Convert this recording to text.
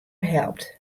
helpt